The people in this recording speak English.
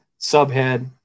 subhead